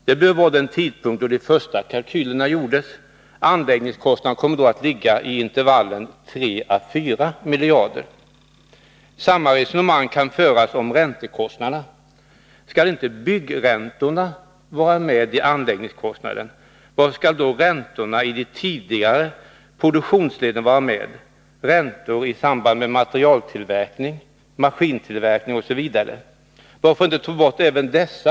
Det bör vara då de första kalkylerna gjordes. Anläggningskostnaden kommer i så fall att ligga i intervallet 3-4 miljarder. Samma resonemang kan föras om räntekostnaderna. Om inte byggräntorna skall vara med i anläggningskostnaden, varför skall då räntorna i de tidigare produktionsleden vara med —- räntor i samband med materialtillverkning, maskintillverkning osv.? Varför inte ta bort även dessa?